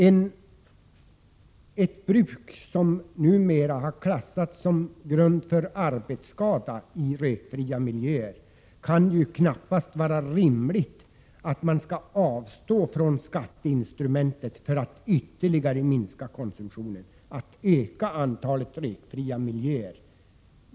För ett bruk som numera klassas som grund för arbetsskada i rökfria miljöer, kan det knappast vara rimligt att avstå från skatteinstrumentet när det gäller att ytterligare minska konsumtionen och öka antalet rökfria miljöer.